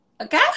okay